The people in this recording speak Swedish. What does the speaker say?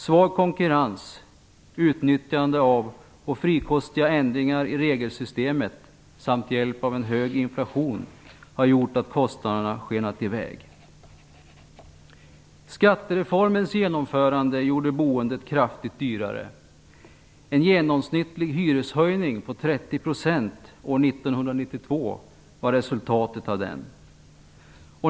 Svag konkurrens, utnyttjande av och frikostiga ändringar i regelsystemet samt en hög inflation har lett till att kostnaderna har skenat i väg. Skattereformens genomförande gjorde boendet mycket dyrare. En genomsnittlig hyreshöjning på 30 % år 1992 blev resultatet av den.